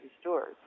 stores